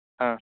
ஆ